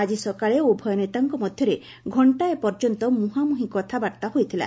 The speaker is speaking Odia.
ଆଜି ସକାଳେ ଉଭୟ ନେତାଙ୍କ ମଧ୍ୟରେ ଘଣ୍ଟାଏ ପର୍ଯ୍ୟନ୍ତ ମୁହାଁମୁହିଁ କଥାବାର୍ତ୍ତା ହୋଇଥିଲା